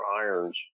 irons